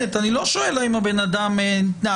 אני לא אסתפק בזה שכל